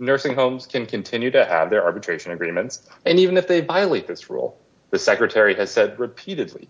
nursing homes can continue to have their arbitration agreements and even if they violate this rule the secretary has said repeatedly